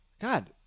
God